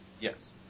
Yes